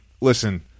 listen